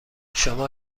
شما